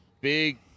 big